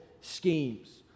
schemes